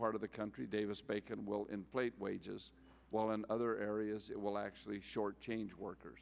part of the country davis bacon will inflate wages while in other areas it will actually short change workers